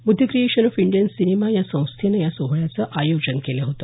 Buddha creation of Indian cinema या संस्थेनं या सोहळ्याचं आयोजन केल होत